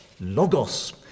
Logos